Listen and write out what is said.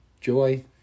joy